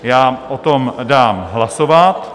Já o tom dám hlasovat.